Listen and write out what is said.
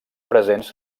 presents